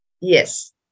Yes